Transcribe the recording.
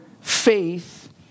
faith